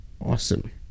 Awesome